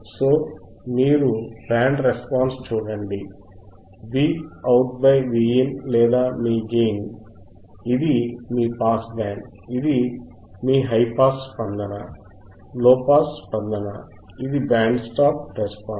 కాబట్టి మీరు band response ని చూడండి Vout Vin లేదా మీ గెయిన్ ఇది మీ పాస్ బ్యాండ్ ఇది మీ హైపాస్ స్పందన లోపాస్ స్పందన ఇది బ్యాండ్ స్టాప్ రెస్పాన్స్